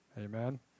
amen